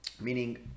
meaning